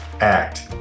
act